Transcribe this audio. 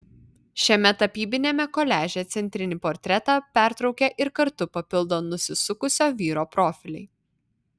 šiame tapybiniame koliaže centrinį portretą pertraukia ir kartu papildo nusisukusio vyro profiliai